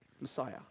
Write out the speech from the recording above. messiah